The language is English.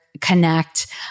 connect